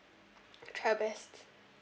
try your best